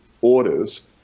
orders